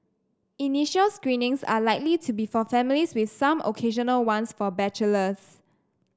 initial screenings are likely to be for families with some occasional ones for bachelors